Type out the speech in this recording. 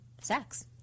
sex